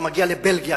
אתה מגיע לבלגיה,